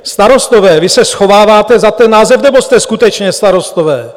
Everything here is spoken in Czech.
Starostové, vy se schováváte za ten název, nebo jste skutečně starostové?